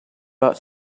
vote